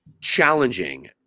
challenging